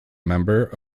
member